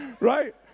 right